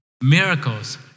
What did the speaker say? miracles